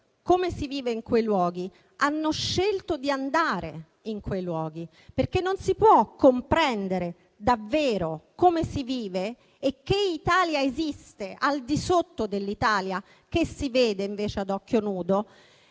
come si vive in quei luoghi, hanno scelto di recarvisi perché non si può comprendere davvero come si vive e che Italia esiste al di sotto dell'Italia che si vede ad occhio nudo,